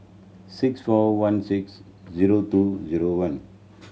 six four one six zero two zero one